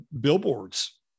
billboards